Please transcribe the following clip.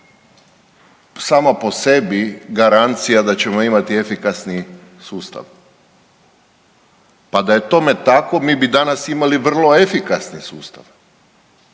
sama po sebi garancija da ćemo imati efikasni sustav? Pa da je tome tako mi bi danas imali vrlo efikasne sustave